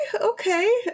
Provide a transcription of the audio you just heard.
Okay